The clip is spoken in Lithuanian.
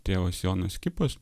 tėvas jonas kipas